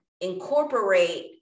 incorporate